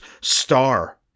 star